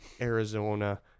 Arizona